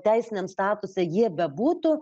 teisiniam statuse jie bebūtų